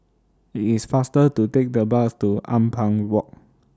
IT IS faster to Take The Bus to Ampang Walk